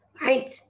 right